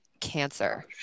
Cancer